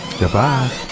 Goodbye